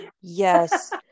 Yes